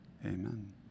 Amen